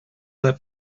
that